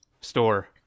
store